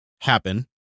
happen